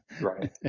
Right